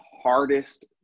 hardest